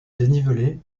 dénivelé